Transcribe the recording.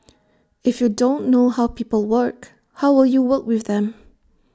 if you don't know how people work how will you work with them